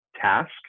task